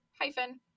hyphen